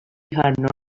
had